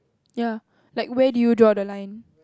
ya like where do you draw the line